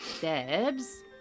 Debs